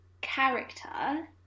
character